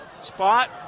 Spot